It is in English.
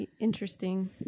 interesting